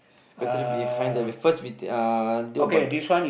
go to the behind there first we uh do about